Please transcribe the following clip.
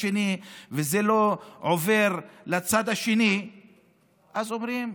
השני וזה לא עובר לצד השני אז אומרים: